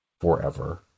forever